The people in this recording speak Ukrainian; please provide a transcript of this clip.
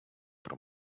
про